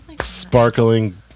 Sparkling